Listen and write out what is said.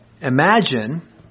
imagine